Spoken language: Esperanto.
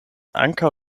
ankaŭ